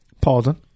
Pardon